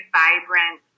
vibrant